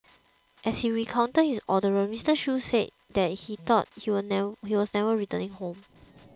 as he recounted his ordeal Mister Shoo said that he thought he was never returning home